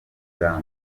bwa